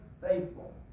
faithful